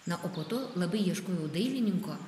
na o po to labai ieškojau dailininko